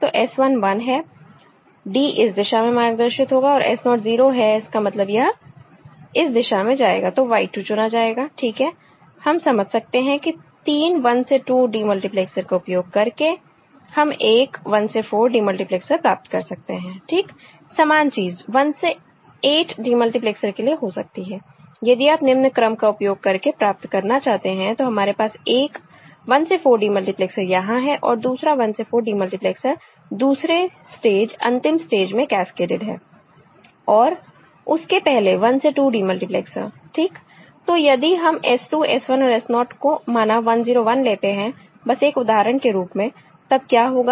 तो S 1 1 है D इस दिशा में मार्गदर्शित होगा और S naught 0 है इसका मतलब यह इस दिशा में जाएगा तो Y 2 चुना जाएगा ठीक है हम समझ सकते हैं कि 3 1 से 2 डिमल्टीप्लेक्सर का उपयोग करके हम एक 1 से 4 डिमल्टीप्लेक्सर प्राप्त कर सकते हैं ठीक समान चीज 1 से 8 डिमल्टीप्लेक्सर के लिए हो सकती है यदि आप निम्न क्रम का उपयोग करके प्राप्त करना चाहते हैं तो हमारे पास एक 1 से 4 डिमल्टीप्लेक्सर यहां है और दूसरा 1 से 4 डिमल्टीप्लेक्सर दूसरे स्टेज अंतिम स्टेज में कैस्केडेड है और उसके पहले 1 से 2 डिमल्टीप्लेक्सर ठीक तो यदि हम S 2 S 1 और S naught को माना 101 लेते हैं बस एक उदाहरण के रूप में तब क्या होगा